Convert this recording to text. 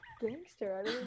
gangster